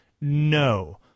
No